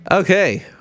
Okay